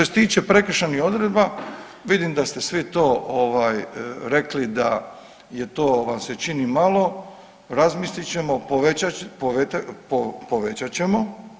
Što se tiče prekršajnih odredba, vidim da ste svi to ovaj rekli da je to vam se čini malo, razmislit ćemo, povećat ćemo.